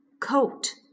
coat